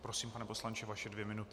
Prosím, pane poslanče, vaše dvě minuty.